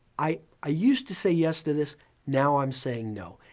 i i used to say yes to this now, i'm saying no.